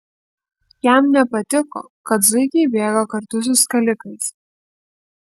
jam nepatiko kad zuikiai bėga kartu su skalikais